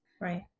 right